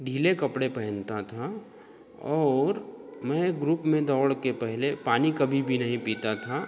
गीले कपड़े पेहनता था और मैं ग्रुप में दौड़ कर पहले पानी कभी भी नहीं पीता था